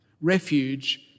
Refuge